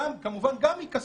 שם כמובן גם יכעסו.